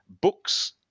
books